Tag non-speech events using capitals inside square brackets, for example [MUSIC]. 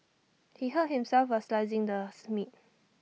he hurt himself while slicing the [UNINTELLIGIBLE] meat